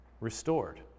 restored